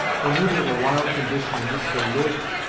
for neither the wild condition in which they lived,